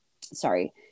sorry